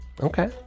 Okay